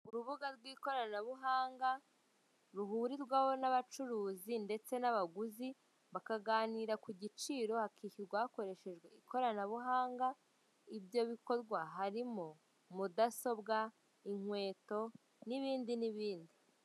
Urubuga rw'ikoranabuhanga ruhurirwaho n'abacuruzi ndetse n'abaguzi bakaganira ku giciro hakishyurwa hakoreshejwe ikoranabuhanga, ibyo bikorwa harimo mudasobwa, inkweto n'ibindi n'ibindi.